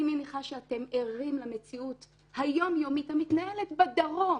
אני מניחה שאתם ערים למציאות היום-יומית המתנהלת בדרום.